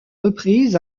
reprises